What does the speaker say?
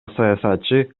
саясатчы